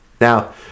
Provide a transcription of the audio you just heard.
Now